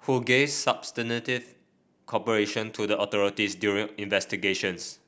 who gave substantive cooperation to the authorities during investigations